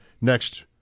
next